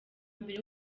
mbere